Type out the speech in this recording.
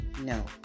No